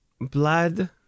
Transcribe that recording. blood